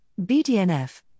BDNF